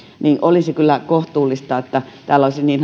ja olisi kyllä kohtuullista että täällä olisi niin